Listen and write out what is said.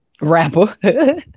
rapper